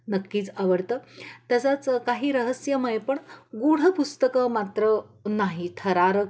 नक्कीच आवडतं तसंच काही रहस्यमय पण गुढ पुस्तकं मात्र नाही थरारक